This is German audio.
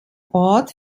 ort